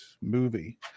movie